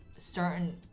certain